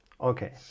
Okay